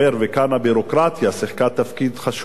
וכאן הביורוקרטיה שיחקה תפקיד חשוב,